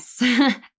Yes